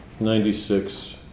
Ninety-six